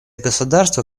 государства